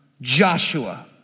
Joshua